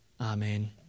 Amen